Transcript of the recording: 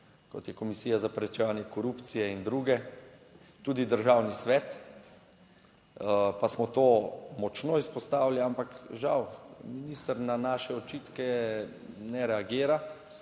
kot je Komisija za preprečevanje korupcije in druge, tudi Državni svet. Pa smo to močno izpostavili, ampak žal minister na naše očitke ne reagira.